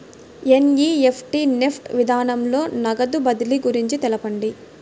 NEFT NEFT విధానంలో నగదు బదిలీ గురించి తెలుపండి?